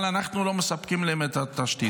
אבל אנחנו לא מספקים להם את התשתית.